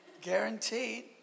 guaranteed